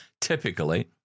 Typically